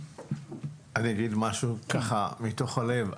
אני אגיד משהו מתוך הלב,